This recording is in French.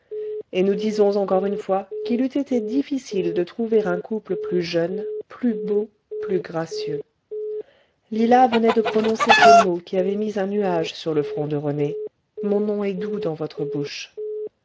et nous disons encore une fois qu'il eût été difficile de trouver un couple plus jeune plus beau plus gracieux lila venait de prononcer ces mots qui avaient mis un nuage sur le front de rené mon nom est doux dans votre bouche